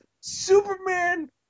Superman